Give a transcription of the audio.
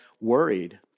worried